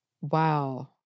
Wow